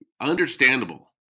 understandable